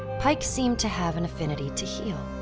pike seemed to have an affinity to heal.